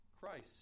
Christ